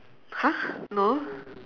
!huh! no